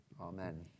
Amen